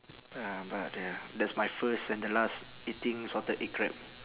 uh but the that's my first and the last eating salted egg crab